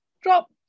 Drop